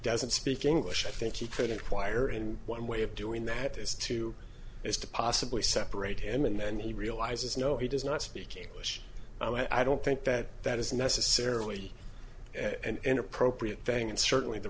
doesn't speak english i think he could acquire in one way of doing that is to is to possibly separate him and he realizes no he does not speak english and i don't think that that is necessarily an inappropriate thing and certainly the